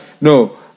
no